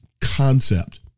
concept